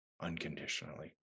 unconditionally